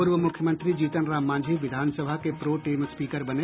पूर्व मुख्यमंत्री जीतन राम मांझी विधानसभा के प्रोटेम स्पीकर बने